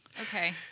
okay